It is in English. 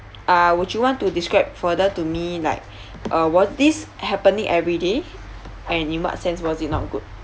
uh would you want to describe further to me like uh was this happening every day and in what sense was it not good